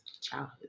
childhood